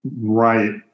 Right